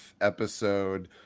episode